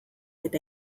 eta